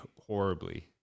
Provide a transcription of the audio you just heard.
horribly